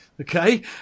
Okay